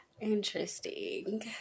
Interesting